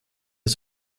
der